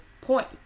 point